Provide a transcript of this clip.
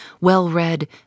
well-read